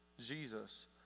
Jesus